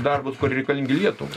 darbus kurie reikalingi lietuvai